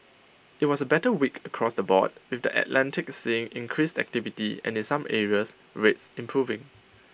IT was A better week across the board with the Atlantic seeing increased activity and in some areas rates improving